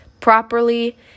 properly